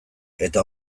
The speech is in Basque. eta